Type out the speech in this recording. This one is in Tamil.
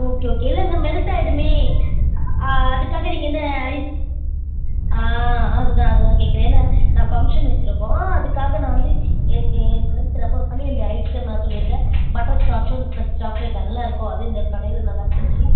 ஓகே ஓகே இல்லைங்க மெல்ட் ஆகிடுமே அதுக்காக நீங்கள் என்ன ஐஸ் ஆ அது தான் அது தான் கேட்குறேன் ஏன்னால் நான் ஃபங்க்ஷன் வச்சிருக்கோம் அதுக்காக நான் வந்து எனக்கு என் ஃப்ரெண்ட்ஸ் ரெஃபர் பண்ணி இந்த ஐஸ்கிரீம்மை சொல்லியிருக்கேன் பட்டர் ஸ்காட்ச்சும் இந்த ப்ளஸ் சாக்லேட் நல்லாயிருக்கும் அதுவும் இந்த கடையில் நல்லாயிருக்கும்னு சொல்லி